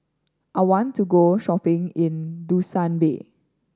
I want to go shopping in Dushanbe